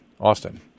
austin